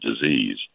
disease